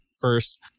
first